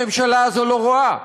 הממשלה הזו לא רואה.